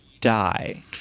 die